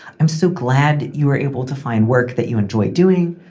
i'm so glad you were able to find work that you enjoy doing.